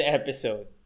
episode